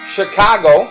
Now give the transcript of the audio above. Chicago